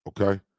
okay